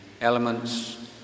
elements